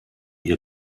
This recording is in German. ihr